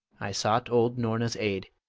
i sought old norna's aid.